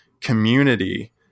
community